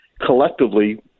collectively